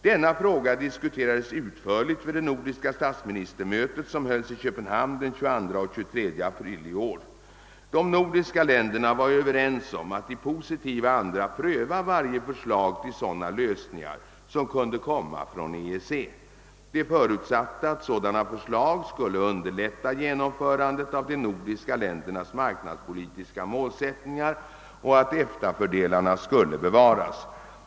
Denna fråga diskuterades utförligt vid det nordiska statsminstermöte som hölls i Köpenhamn den 22 och 23 april i år. De nordiska länderna var överens om att i positiv anda pröva varje förslag till sådana lösningar som kunde komma från EEC. De förutsatte att sådana förslag skulle underlätta genomförandet av de nordiska ländernas marknadspolitiska målsättningar och att EFTA-fördelarna skulle bevaras.